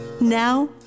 Now